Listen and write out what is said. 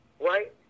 right